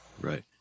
Right